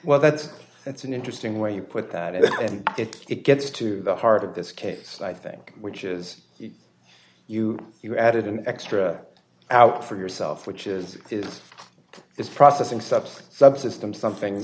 well that's that's an interesting way you put that and it gets to the heart of this case i think which is you you added an extra out for yourself which is it is processing steps subsystem something